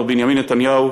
מר בנימין נתניהו,